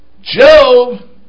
Job